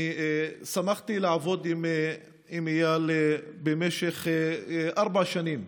אני שמחתי לעבוד עם איל במשך ארבע שנים